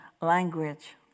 language